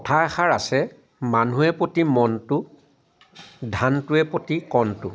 কথাষাৰ আছে মানুহে প্ৰতি মনটো ধানটোৱে প্ৰতি কণটো